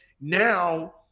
now